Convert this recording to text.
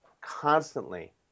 constantly